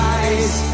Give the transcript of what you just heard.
eyes